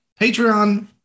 Patreon